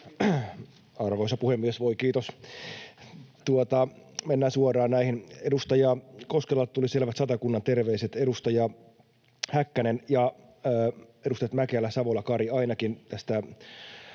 Arvoisa puhemies! Voi kiitos. Mennään suoraan näihin. Edustaja Koskelalta tuli selvät Satakunnan terveiset. Edustaja Häkkänen ja edustajat Mäkelä, Savola, Kari ainakin,